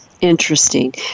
Interesting